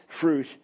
fruit